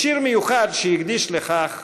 בשיר מיוחד שהקדיש לכך